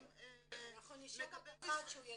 אנחנו --- שהוא יגיע,